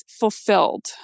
fulfilled